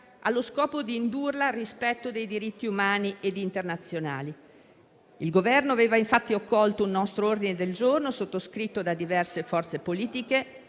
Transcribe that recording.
allo scopo di indurla al rispetto dei diritti umani ed internazionali. Il Governo aveva infatti accolto un nostro ordine del giorno, sottoscritto da diverse forze politiche,